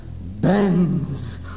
bends